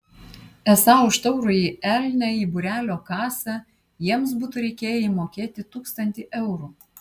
esą už taurųjį elnią į būrelio kasą jiems būtų reikėję įmokėti tūkstantį eurų